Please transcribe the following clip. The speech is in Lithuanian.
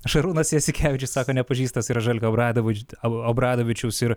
šarūnas jasikevičius sako nepažįstąs yra želko obradavič ob obradovičius ir